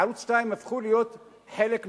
בערוץ-22 הפכו להיות חלק מהאלוהים,